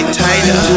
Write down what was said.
tighter